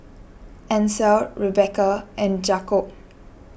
Ancel Rebekah and Jakobe